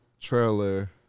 trailer